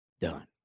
done